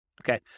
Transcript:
Okay